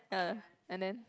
ah and then